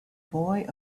boy